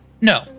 No